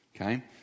Okay